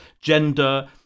gender